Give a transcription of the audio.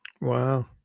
Wow